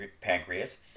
pancreas